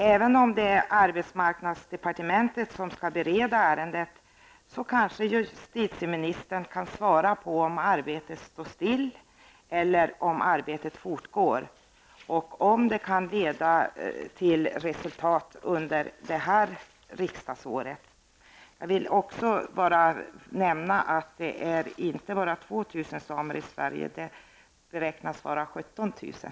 Även om det är arbetsmarknadsdepartementet som skall bereda ärendet kanske justitieministern kan svara om arbetet står still eller om arbetet fortgår och om det kan leda till resultat under det här riksdagsåret. Jag vill till slut nämna att det inte är bara 2 000 samer i Sverige, de beräknas vara 17 000.